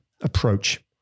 approach